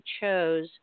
chose